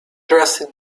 trusted